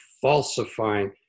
falsifying